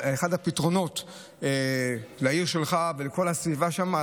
הפתרונות לעומס לעיר שלך ולכל הסביבה שם,